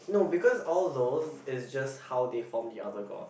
no because all those is just how they form the other god